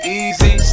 easy